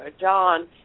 John